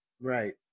Right